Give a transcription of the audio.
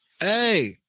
hey